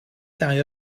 dau